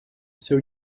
seu